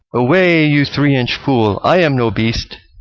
away, you three-inch fool! i am no beast.